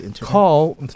call